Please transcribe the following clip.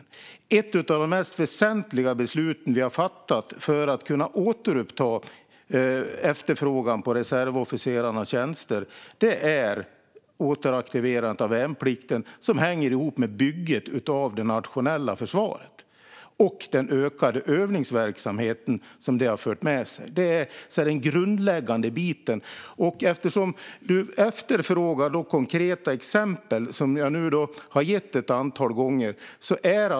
Ett av de mest väsentliga beslut vi har fattat för att kunna återuppta efterfrågan på reservofficerarnas tjänster rör återaktiverandet av värnplikten, som hänger ihop med bygget av det nationella försvaret och den ökade övningsverksamhet detta har fört med sig. Det är den grundläggande biten. Du efterfrågar, Jörgen Berglund, konkreta exempel, och sådana har jag nu gett ett antal gånger.